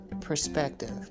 perspective